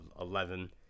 eleven